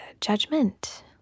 judgment